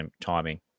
timing